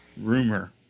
rumor